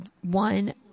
one